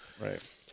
right